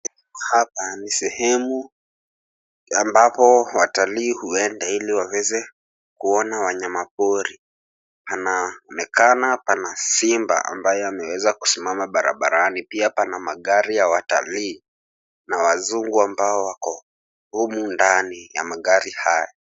Hapa ni sehemu ambapo watalii huenda ili waweze kuona wanyama pori. Panaonekana pana simba ambaye ameweza kusimama barabarani. Pia pana magari ya watalii na wazungu ambao wako humu ndani ya magari haya.